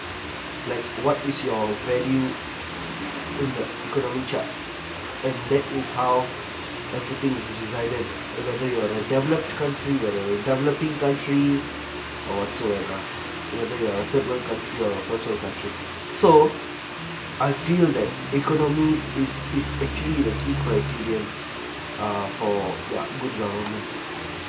like what is your value in the economy chart and that is how everything is decided whether you are a developed country or a developing country or whatsoever whether you are a third world country or a first world country so I feel that economy is is actually the key criterion uh for ya good government